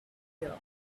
here